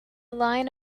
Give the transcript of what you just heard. line